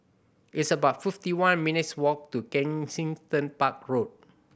it's about fifty one minutes' walk to Kensington Park Road